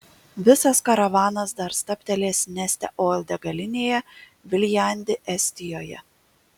visas karavanas dar stabtelės neste oil degalinėje viljandi estijoje